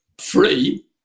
Free